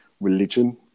religion